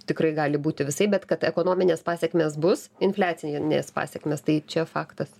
tikrai gali būti visaip bet kad ekonominės pasekmės bus infliacinės pasekmės tai čia faktas